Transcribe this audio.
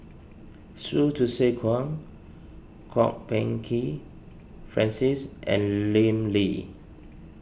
Hsu Tse Kwang Kwok Peng Kin Francis and Lim Lee